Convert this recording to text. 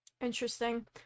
Interesting